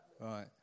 right